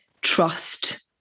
trust